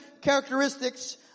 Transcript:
characteristics